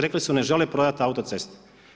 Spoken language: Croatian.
Rekli su ne žele prodati autoceste.